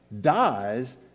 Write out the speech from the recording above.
dies